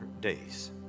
days